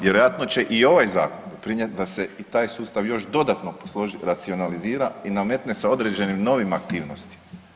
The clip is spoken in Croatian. Vjerojatno će i ovaj zakon doprinijeti da se i taj sustav još dodatno posloži, racionalizira i nametne sa određenim novim aktivnostima.